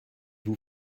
vous